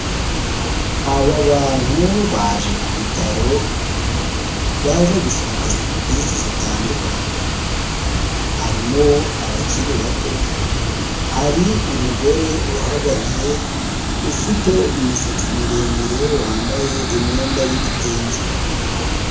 Aba bantu baje ku bitaro baje gushaka serivisi zitandukanye, harimo abakiri bato, hari umugore uhagaze ufite imisatsi miremire wambaye imyenda y'ibitenge.